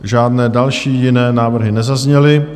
Žádné další jiné návrhy nezazněly.